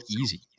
easy